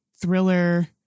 thriller